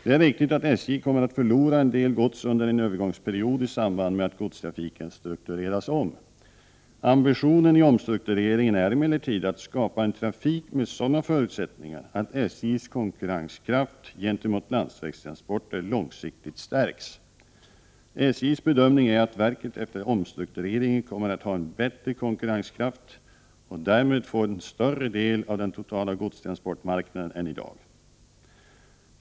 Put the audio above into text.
Det är riktigt att SJ kommer att förlora en del gods under en övergångspe riod i samband med att godstrafiken struktureras om. Ambitionen i omstruktureringen är emellertid att skapa en trafik med sådana förutsättningar att SJ:s konkurrenskraft gentemot landsvägstransporter långsiktigt stärks. SJ:s bedömning är att verket efter omstruktureringen kommer att ha en bättre konkurrenskraft och därmed få en större del av den totala godstransportmarknaden än i dag.